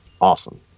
awesome